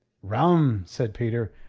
rum, said peter.